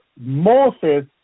Moses